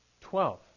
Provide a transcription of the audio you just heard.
Twelve